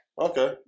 Okay